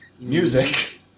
music